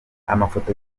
amafoto